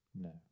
No